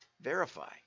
verify